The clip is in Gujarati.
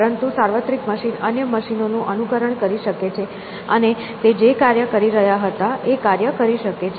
પરંતુ સાર્વત્રિક મશીન અન્ય મશીનો નું અનુકરણ કરી શકે છે અને તે જે કાર્ય કરી રહ્યા હતા એ કાર્ય કરી શકે છે